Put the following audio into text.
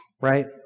right